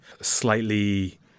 slightly